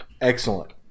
Excellent